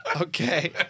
Okay